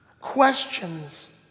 questions